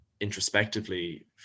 introspectively